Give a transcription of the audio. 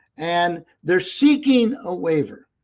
and they are seeking a waiver,